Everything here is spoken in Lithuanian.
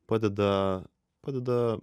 padeda padeda